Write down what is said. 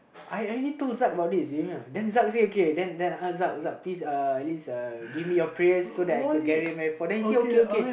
I already told Zak about this you know then Zak say okay then Zak please uh at least uh give me your prayers so that I could get married I say okay okay